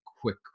quick